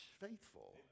faithful